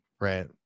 Right